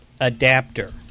adapter